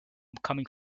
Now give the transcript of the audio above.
coming